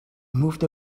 moved